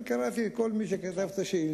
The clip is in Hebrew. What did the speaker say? קראתי את כל השאילתות,